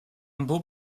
beau